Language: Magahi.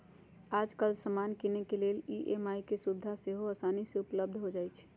याजकाल समान किनेके लेल ई.एम.आई के सुभिधा सेहो असानी से उपलब्ध हो जाइ छइ